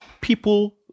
people